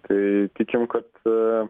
tai tikim kad